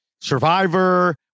Survivor